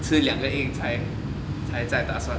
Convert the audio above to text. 吃两个 egg 才才再打算